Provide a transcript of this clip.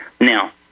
Now